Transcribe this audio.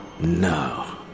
No